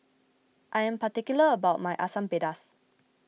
I am particular about my Asam Pedas